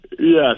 Yes